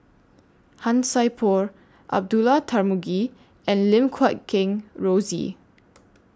Han Sai Por Abdullah Tarmugi and Lim Guat Kheng Rosie